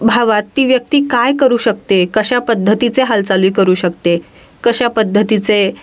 भावात ती व्यक्ती काय करू शकते कशा पद्धतीचे हालचाली करू शकते कशा पद्धतीचे